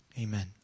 amen